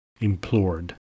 Implored